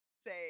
say